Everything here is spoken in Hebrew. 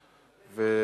סליחה.